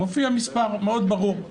מופיע מספר מאוד ברור,